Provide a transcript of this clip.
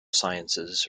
sciences